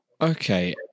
Okay